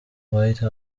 white